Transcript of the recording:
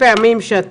שני,